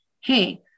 Hey